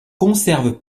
conserve